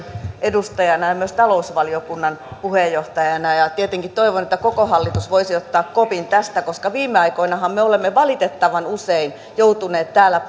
edustajana ja myös talousvaliokunnan puheenjohtajana ja tietenkin toivon että koko hallitus voisi ottaa kopin tästä koska viime aikoinahan me olemme valitettavan usein joutuneet täällä